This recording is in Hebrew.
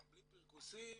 בלי פרכוסים.